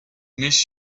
miss